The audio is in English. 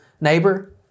neighbor